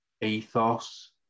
ethos